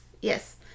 Yes